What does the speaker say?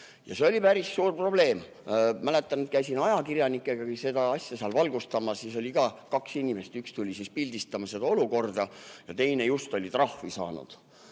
See oli päris suur probleem. Mäletan, et käisin ajakirjanikega seda asja seal valgustamas. Siis oli ka kaks inimest, kellest üks tuli pildistama seda olukorda ja teine oli just trahvi saanud.